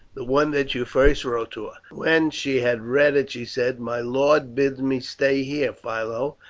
the one that you first wrote to her. when she had read it she said, my lord bids me stay here, philo,